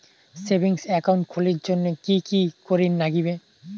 Savings account খুলির জন্যে কি কি করির নাগিবে?